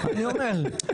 אני אומר.